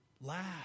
Laugh